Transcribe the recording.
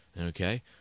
okay